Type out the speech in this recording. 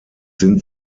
sind